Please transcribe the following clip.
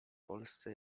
polsce